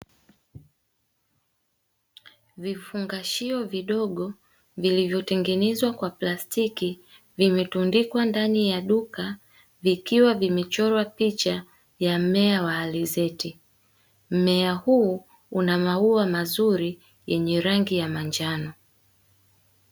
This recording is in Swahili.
Vifungashio vidogo vilivyotengenezwa kwa plastiki vimetundikwa ndani ya duka vikiwa vimechorwa picha ya mmea wa alizeti, mmea huu una maua mazuri yenye rangi ya manjano.